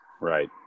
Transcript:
Right